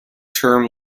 term